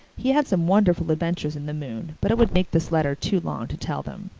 he had some wonderful adventures in the moon but it would make this letter too long to tell them